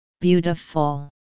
Beautiful